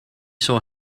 saw